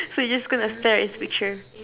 so you're just going to stare at his picture